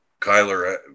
Kyler